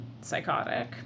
psychotic